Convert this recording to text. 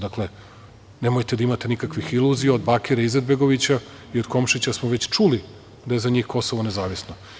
Dakle, nemojte da imate nikakvih iluzija, od Bakira Izetbegovića i od Komšića smo već čuli da je za njih Kosovo nezavisno.